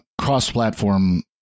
cross-platform